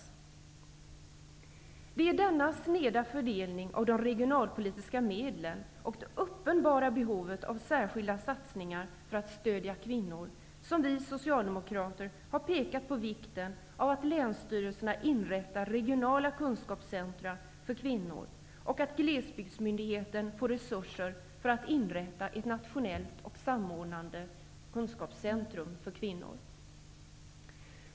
Det är med anledning av denna sneda fördelning av de regionalpolitiska medlen och det uppenbara behovet av särskilda satsningar för att stödja kvinnor som vi socialdemokrater har pekat på vikten av att länsstyrelserna inrättar regionala kunskapscentrum för kvinnor och att glesbygdsmyndigheten får resurser till inrättandet av ett nationellt och samordnande kunskapscentrum för kvinnor.